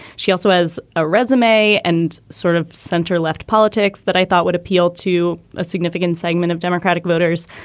she also has a resume and sort of center left politics that i thought would appeal to a significant segment of democratic voters.